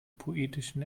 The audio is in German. poetischen